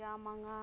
ꯆꯥꯝꯃꯉꯥ